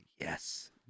yes